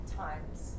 times